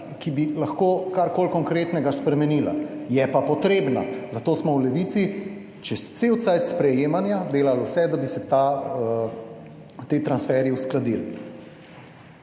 ki bi lahko kar koli konkretnega spremenila, je pa potrebna, zato smo v Levici ves čas sprejemanja delali vse, da bi se ti transferji uskladili.